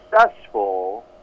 successful